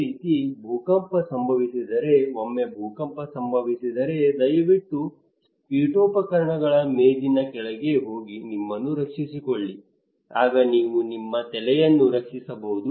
ಅದೇ ರೀತಿ ಭೂಕಂಪ ಸಂಭವಿಸಿದರೆ ಒಮ್ಮೆ ಭೂಕಂಪ ಸಂಭವಿಸಿದರೆ ದಯವಿಟ್ಟು ಪೀಠೋಪಕರಣಗಳ ಮೇಜಿನ ಕೆಳಗೆ ಹೋಗಿ ನಿಮ್ಮನ್ನು ರಕ್ಷಿಸಿಕೊಳ್ಳಿ ಆಗ ನೀವು ನಿಮ್ಮ ತಲೆಯನ್ನು ರಕ್ಷಿಸಿಕೊಳ್ಳಬಹುದು